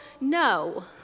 No